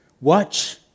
Watch